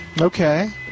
Okay